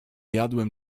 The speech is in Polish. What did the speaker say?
jadłem